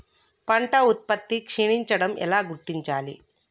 పంట ఉత్పత్తి క్షీణించడం ఎలా గుర్తించాలి?